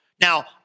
Now